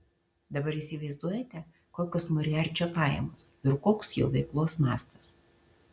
dabar įsivaizduojate kokios moriarčio pajamos ir koks jo veiklos mastas